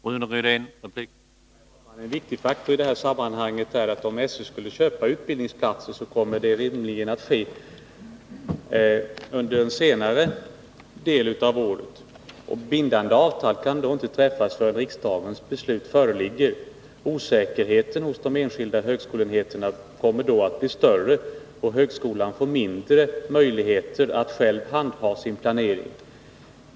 Herr talman! En viktig faktor i sammanhanget är att om SÖ skulle köpa utbildningsplatser, så kommer det rimligen att ske under en senare del av året, och bindande avtal kan då inte träffas förrän riksdagens beslut föreligger. Osäkerheten hos de enskilda högskoleenheterna kommer då att bli större, och högskolan får mindre möjligheter att själv handha sin planering.